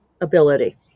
ability